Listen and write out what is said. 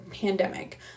pandemic